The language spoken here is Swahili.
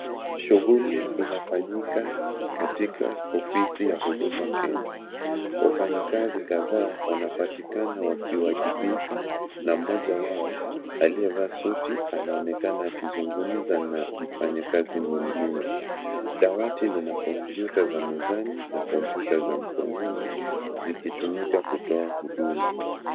Shughuli inafanyika katika ofisi ya huduma Kenya wafanyikazi kadhaa wanapatikana wakiwajibika na mmoja wao aliyevaa suti anaonekana akizungumza na mfanyikazi mwingine dawati lina kompyuta za mezani na kompyuta za mkononi zikitumika kutoa huduma.